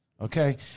Okay